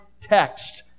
text